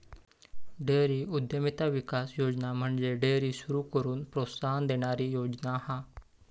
dairy उद्यमिता विकास योजना म्हणजे डेअरी सुरू करूक प्रोत्साहन देणारी योजना हा